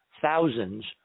thousands